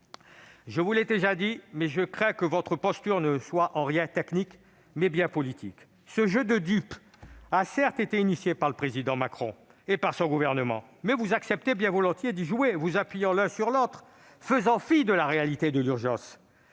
Je vous l'ai déjà dit, mes chers collègues, je crains que votre posture ne soit politique, et en rien technique. Ce jeu de dupes a certes été lancé par le président Macron et son gouvernement, mais vous acceptez bien volontiers d'y jouer, vous appuyant l'un sur l'autre et faisant fi de la réalité de l'urgence.